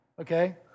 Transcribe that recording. Okay